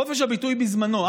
חופש הביטוי בזמנו,